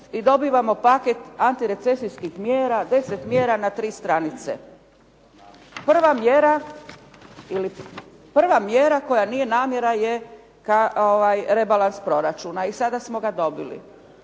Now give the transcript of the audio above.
dobivamo paket antirecesijskih mjera, deset mjera na tri stranice. Prva mjera koja nije namjera je rebalans proračuna i sada smo ga dobili.